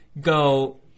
go